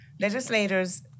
legislators